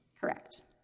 Correct